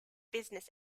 business